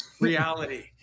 reality